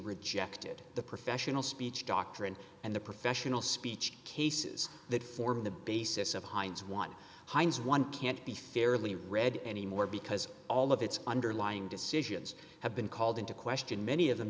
leader ject it the professional speech doctrine and the professional speech cases that form the basis of hines want hines one can't be fairly read anymore because all of its underlying decisions have been called into question many of them